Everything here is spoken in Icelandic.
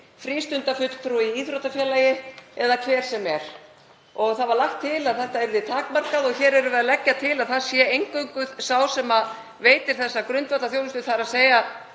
frístundafulltrúi í íþróttafélagi eða hver sem er. Það var lagt til að það yrði takmarkað og hér erum við að leggja til að það sé eingöngu sá sem veitir þessa grundvallarþjónustu, þ.e. það sem